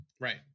right